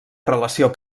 relació